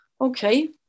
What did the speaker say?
okay